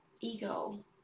ego